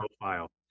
profile